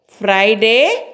Friday